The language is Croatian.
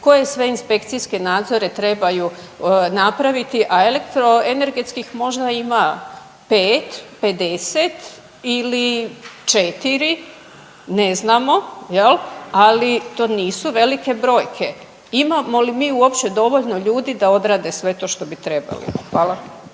koje sve inspekcijske nadzore trebaju napraviti, a elektroenergetskih možda ima 5, 50 ili 4, ne znamo, je li? Ali, to nisu velike brojke. Imamo li mi uopće dovoljno ljudi da odrade sve to što bi trebali? Hvala.